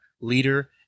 leader